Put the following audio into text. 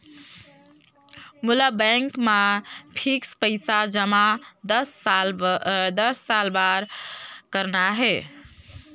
मोला बैंक मा फिक्स्ड पइसा जमा दस साल बार करना हे?